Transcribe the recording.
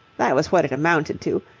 that was what it amounted to,